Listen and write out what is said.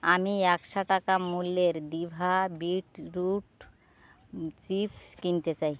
আমি একশো টাকা মূল্যের ডিভা বিটরুট চিপ্স কিনতে চাই